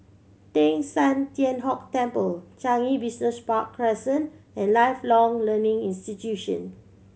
Teng San Tian Hock Temple Changi Business Park Crescent and Lifelong Learning Institution